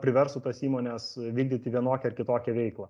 priverstų tas įmones vykdyti vienokią ar kitokią veiklą